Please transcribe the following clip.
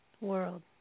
world